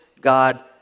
God